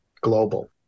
global